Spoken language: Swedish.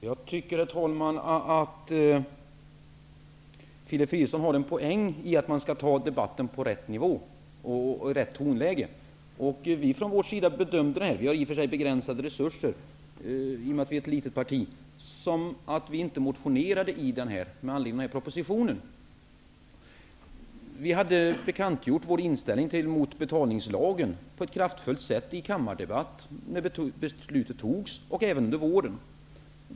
Herr talman! Jag tycker att Filip Fridolfsson har en poäng i att man skall föra debatten på rätt nivå och i rätt tonläge. Vi har i och för sig begränsade resurser i och med att vi är ett litet parti, men vi gjorde bedömningen att vi inte skulle motionera i den här frågan med anledning av propositionen. Vi hade bekantgjort vår inställning till betalningslagen på ett kraftfullt sätt i kammardebatten när beslutet fattades och även under våren.